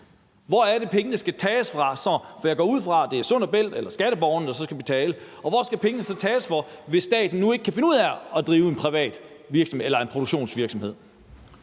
Hvor er det, pengene skal tages fra? For jeg går ud fra, at det er Sund & Bælt eller skatteborgerne, der skal betale. Og hvor skal pengene så tages fra, hvis staten nu ikke kan finde ud af at drive en produktionsvirksomhed?